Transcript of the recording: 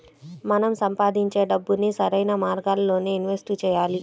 మనం సంపాదించే డబ్బుని సరైన మార్గాల్లోనే ఇన్వెస్ట్ చెయ్యాలి